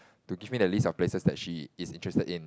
to give me the list of places that she is interested in